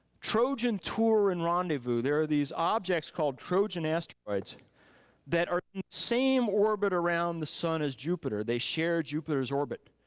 trojan tour and rendezvous. there are these objects called trojan asteroids that are the same orbit around the sun as jupiter, they share jupiter's orbit.